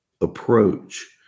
approach